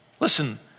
Listen